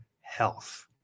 health